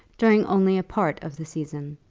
during only a part of the season.